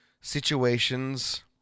situations